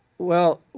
well,